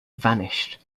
vanished